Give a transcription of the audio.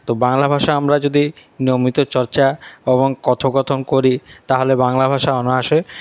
তো বাংলা ভাষা আমরা যদি নিয়মিত চর্চা এবং কথোকথন করি তাহলে বাংলা ভাষা অনায়াসে